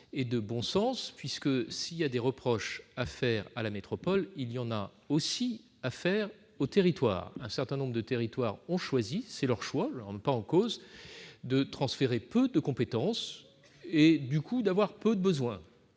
et de bon sens. En effet, s'il y a des reproches à faire à la métropole, il y en a aussi à faire aux territoires. Un certain nombre d'entre eux ont choisi- c'est leur choix, je ne le remets pas en cause -de transférer peu de compétences et, du coup, d'avoir peu de besoins.